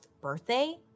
birthday